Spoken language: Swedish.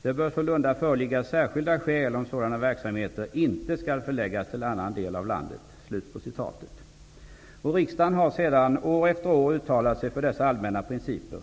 Det bör sålunda föreligga särskilda skäl om sådana verksamheter inte skall förläggas till annan del av landet.'' Riksdagen har sedan år efter år uttalat sig för dessa allmänna principer.